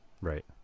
Right